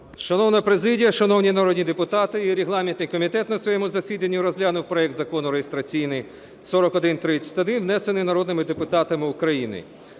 Шановна президія, шановні народні депутати! Регламентний комітет на своєму засіданні розглянув проект Закону (реєстраційний 4131), внесений народними депутатами України.